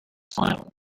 final